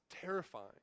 terrifying